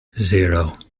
zero